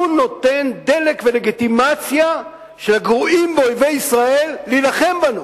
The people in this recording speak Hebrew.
הוא נותן דלק ולגיטימציה לגרועים באויבי ישראל להילחם בנו.